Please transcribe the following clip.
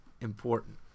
important